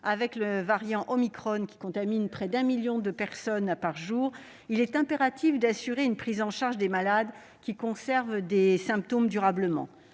le variant omicron contamine près d'un million de personnes chaque jour -, il est impératif d'assurer une prise en charge des malades qui conservent des symptômes durablement.